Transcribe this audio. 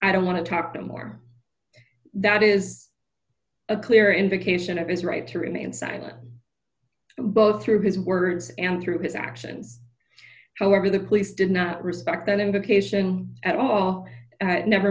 i don't want to talk to more that is a clear indication of his right to remain silent both through his words and through his actions however the police did not respect that indication at all never